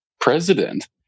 president